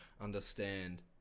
understand